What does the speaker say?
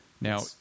Now